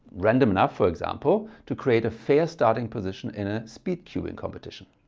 random enough for example to create a fair starting position in a speed cubing competition.